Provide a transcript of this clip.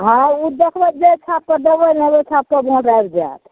हाँ उ देखबय जााहि छाप पर देबय ने ओहि छाप पर वोट आबि जायत